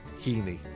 Heaney